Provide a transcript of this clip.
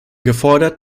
gefordert